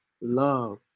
love